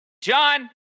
John